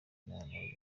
n’aya